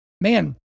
man